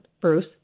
Bruce